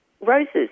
roses